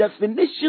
definition